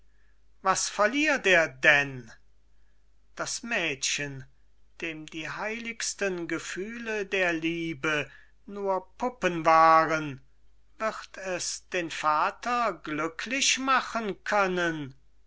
was verliert er denn das mädchen dem die heiligsten gefühle der liebe nur puppen waren wird es den vater glücklich machen können